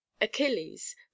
achilles